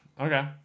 Okay